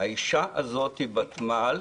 "האישה הזאת היא בת מעל,